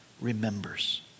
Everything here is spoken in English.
remembers